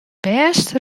bêste